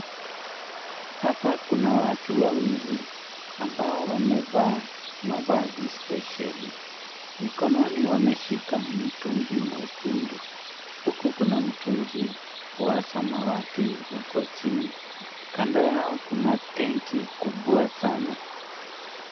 Hapa kuna watu wawili, ambao wamevaa mavazi spesheli. Mikononi wameshika mtungi mwekundu. Huku kuna mtungi wa samawati uko chini. Kando yao kuna tenki kubwa saana.